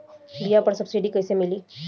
बीया पर सब्सिडी कैसे मिली?